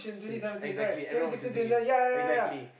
huge exactly everyone was using it exactly